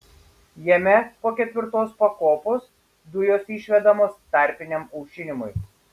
jame po ketvirtos pakopos dujos išvedamos tarpiniam aušinimui